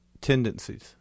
tendencies